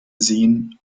seen